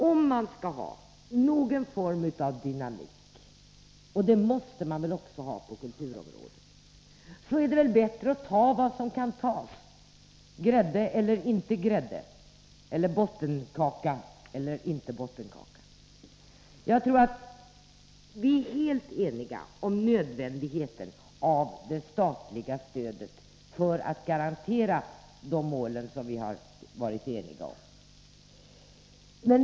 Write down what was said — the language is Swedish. Om man skall ha någon form av dynamik, och det måste man väl också ha på kulturområdet, är det bättre att ta vad som kan tas, grädde eller inte grädde, bottenkaka eller inte bottenkaka. Jag tror att vi är helt överens om hur nödvändigt det statliga stödet är för att garantera de mål som vi har varit eniga om.